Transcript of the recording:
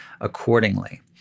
accordingly